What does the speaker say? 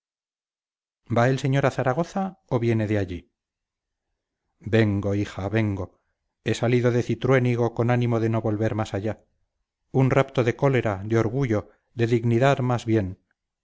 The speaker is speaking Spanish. va el señor a zaragoza o viene de allí vengo hija vengo he salido de cintruénigo con ánimo de no volver más allá un rapto de cólera de orgullo de dignidad más bien